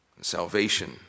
salvation